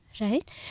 Right